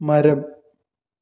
മരം